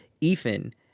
Ethan